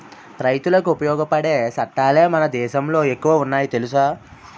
రైతులకి ఉపయోగపడే సట్టాలే మన దేశంలో ఎక్కువ ఉన్నాయి తెలుసా